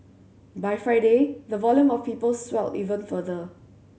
by Friday the volume of people swelled even further